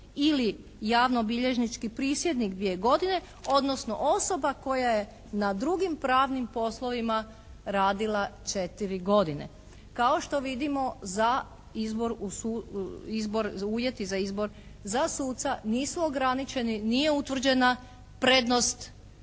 ili javnobilježnički prisjednik dvije godine, odnosno osoba koja je na drugim pravnim poslovima radila četiri godine“. Kao što vidimo za izbor, uvjeti za izbor za suca nisu ograničeni, nije utvrđena prednost